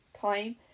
time